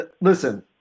Listen